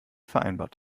vereinbart